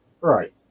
Right